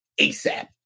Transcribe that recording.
ASAP